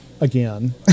again